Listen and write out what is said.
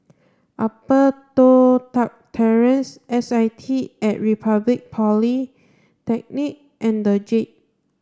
Upper Toh Tuck Terrace S I T at Republic Polytechnic and the Jade